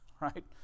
right